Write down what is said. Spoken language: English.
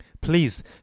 Please